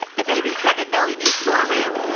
the baby kevin belly needs more room